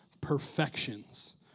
perfections